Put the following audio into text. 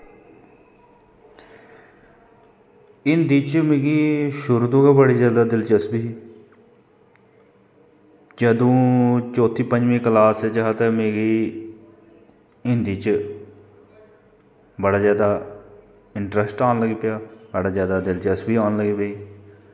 हिन्दी च मिगी शुरू तो गै बड़ी दिलचस्पी ही जदूं चौथी पंजमीं क्लास च हा ते मिगी हिन्दी च बड़ा ज्यादा इंट्रस्ट आन लगी पेआ बड़ी ज्यादा दिलचस्पी आन लगी पेई